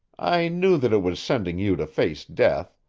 i knew that it was sending you to face death.